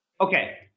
Okay